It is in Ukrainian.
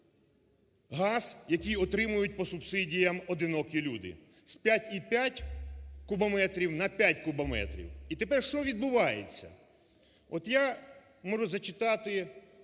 газ, який отримують по субсидіям одинокі люди. З 5,5 кубометрів на 5 кубометрів. І тепер, що відбувається? От я можу зачитати